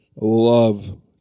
love